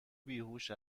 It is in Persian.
بیهوش